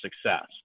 success